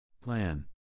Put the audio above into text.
Plan